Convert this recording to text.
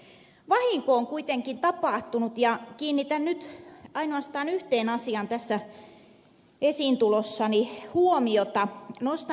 vahinko on kuitenkin tapahtunut ja kiinnitän nyt ainoastaan yhteen asiaan tässä esiintulossani huomiota